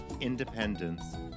independence